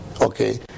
okay